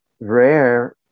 rare